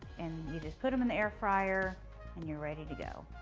and you just put em in the air fryer and you're ready to go.